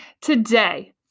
Today